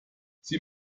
sie